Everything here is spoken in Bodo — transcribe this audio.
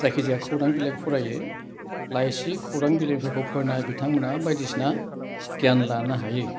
जायखिजाया खौरां बिलाइ फरायो लाइसि खौरां बिलाइफोरखौ फरायना बिथांमोना बायदिसिना गियान लानो हायो